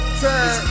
time